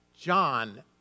John